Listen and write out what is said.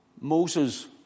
Moses